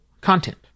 content